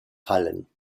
fallen